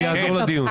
זה יעזור לדיון.